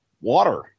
water